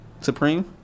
supreme